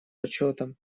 почетом